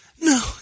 No